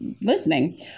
listening